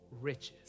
riches